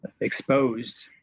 exposed